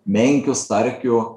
menkių starkių